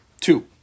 Two